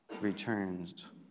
returns